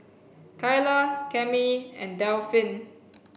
kylah Cammie and Delphin